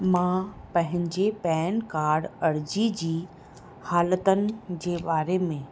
मां पंहिंजे PAN card अर्जी जी हालतुनि जे बारे में